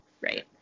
right